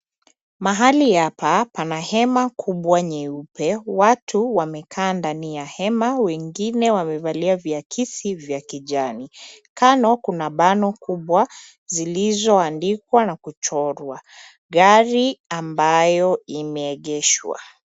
Mahali hapa pana hema kubwa nyeupe. Watu wamekaa ndani ya hema wengine wamevaa viakisi vya kijani. Kando kuna bano kubwa zilizoandikwa na kuchorwa, gari ambayo imeegeshwa.